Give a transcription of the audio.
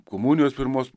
komunijos pirmos